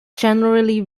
generally